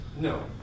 No